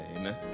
Amen